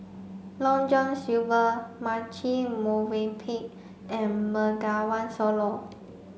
Long John Silver Marche Movenpick and Bengawan Solo